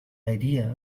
idea